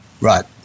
Right